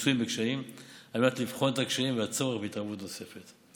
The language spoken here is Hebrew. המצויים בקשיים על מנת לבחון את הקשיים והצורך בהתערבות נוספת.